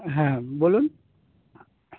হ্যাঁ বলুন